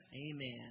Amen